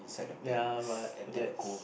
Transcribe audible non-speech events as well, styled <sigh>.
ya but like <noise>